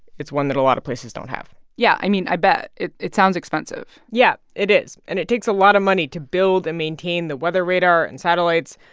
it's one that a lot of places don't have yeah. i mean, i bet. it it sounds expensive yeah, it is. and it takes a lot of money to build and maintain the weather radar and satellites,